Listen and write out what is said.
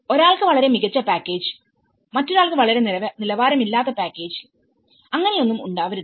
ഒരാൾക്ക് വളരെ മികച്ച പാക്കേജ് ലഭിച്ചു മറ്റൊരാൾക്ക് വളരെ നിലവാരമില്ലാത്ത പാക്കേജ് ലഭിച്ചു അങ്ങനെ ഒന്നും ഉണ്ടാവരുത്